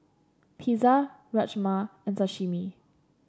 Pizza Rajma and Sashimi